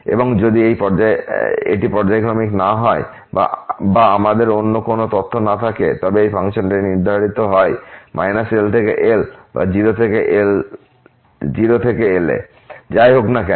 এবং যদি এটি পর্যায়ক্রমিক না হয় বা আমাদের অন্য কোন তথ্য না থাকে তবে এই ফাংশনটি নির্ধারিত হয় l l বা 02l থেকে যাই হোক না কেন